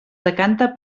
decanta